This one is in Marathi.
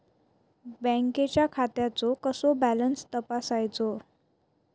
बँकेच्या खात्याचो कसो बॅलन्स तपासायचो?